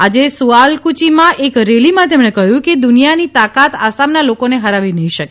આજે સુઆલકુચીમાં એક રેલીમાં તેમણે કહ્યું હતું કે દુનિયાની તાકાત આસામના લોકોને હરાવી નહીં શકે